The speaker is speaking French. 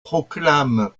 proclame